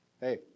Hey